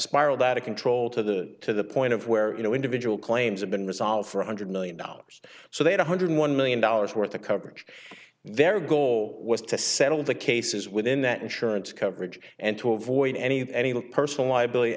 spiraled out of control to the to the point of where you know individual claims have been resolved one hundred million dollars so they had one hundred one million dollars worth of coverage their goal was to settle the cases within that insurance cover edge and to avoid any of any personal liability